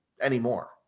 anymore